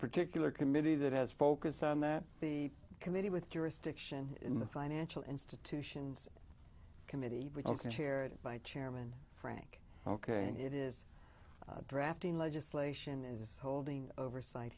particular committee that has focus on that the committee with jurisdiction in the financial institutions committee chaired by chairman frank ok it is drafting legislation is holding oversight